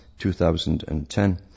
2010